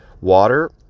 Water